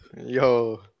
Yo